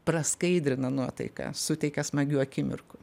praskaidrina nuotaiką suteikia smagių akimirkų